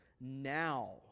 now